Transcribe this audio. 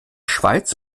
schweiz